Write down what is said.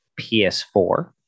PS4